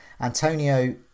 Antonio